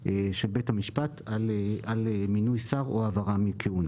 של בית המשפט על מינוי שר או העברה מרצונו.